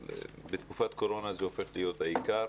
בתקופת קורונה זה הופך להיות העיקר.